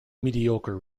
mediocre